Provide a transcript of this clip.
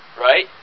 right